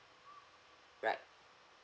right